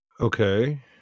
Okay